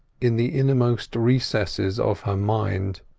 in the innermost recesses of her mind.